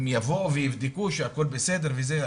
הם יבואו ויבדקו שהכול בסדר וזה,